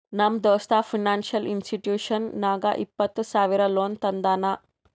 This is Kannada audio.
ನಮ್ ದೋಸ್ತ ಫೈನಾನ್ಸಿಯಲ್ ಇನ್ಸ್ಟಿಟ್ಯೂಷನ್ ನಾಗ್ ಇಪ್ಪತ್ತ ಸಾವಿರ ಲೋನ್ ತಂದಾನ್